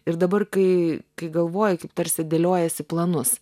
ir dabar kai kai galvoji kaip tarsi dėliojiesi planus